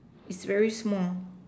it's very small